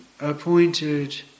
appointed